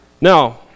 Now